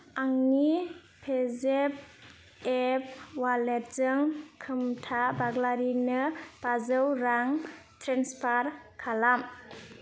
आंनि पेजेफ एप वालेटजों खोमथा बाग्लारिनो बाजौ रां ट्रेन्सफार खालाम